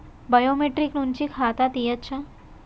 Biometric నుంచి ఖాతా తీయచ్చా?